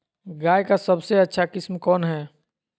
गाय का सबसे अच्छा किस्म कौन हैं?